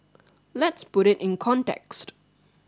let's put it in context